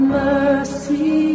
mercy